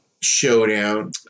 showdown